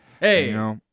Hey